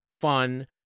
fun